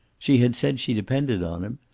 she had said she depended on him,